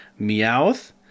Meowth